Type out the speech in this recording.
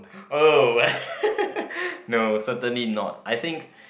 oh no certainly not I think